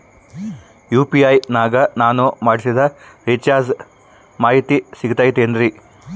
UPI ನಾಗ ನಾನು ಮಾಡಿಸಿದ ರಿಚಾರ್ಜ್ ಮಾಹಿತಿ ಸಿಗುತೈತೇನ್ರಿ?